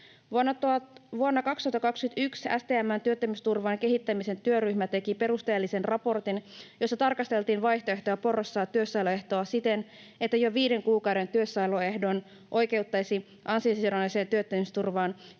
Vuonna 2021 STM:n työttömyysturvan kehittämisen työryhmä teki perusteellisen raportin, jossa tarkasteltiin vaihtoehtoja porrastaa työssäoloehtoa siten, että jo viiden kuukauden työssäolo oikeuttaisi ansiosidonnaiseen työttömyysturvaan ja